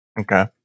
Okay